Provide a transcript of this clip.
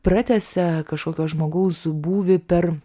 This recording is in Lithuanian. pratęsia kažkokio žmogaus būvį per